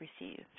received